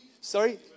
sorry